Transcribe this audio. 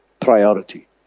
priority